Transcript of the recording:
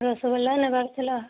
ରସଗୋଲା ନେବାର ଥିଲା